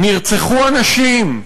נרצחו אנשים.